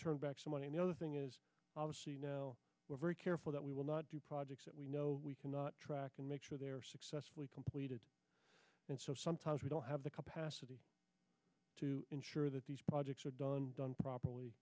turn back some money in the other thing is you know we're very careful that we will not do projects that we know we cannot track and make sure they're successfully completed and so sometimes we don't have the capacity to ensure that these projects are done done properly